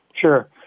Sure